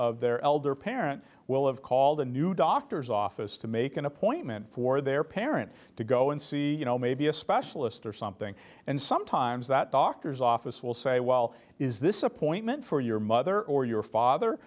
of their elder parents will have called a new doctor's office to make an appointment for their parents to go and see you know maybe a specialist or something and sometimes that doctor's office will say well is this appointment for your mother or your father